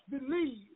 believe